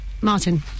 Martin